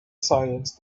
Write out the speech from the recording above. silence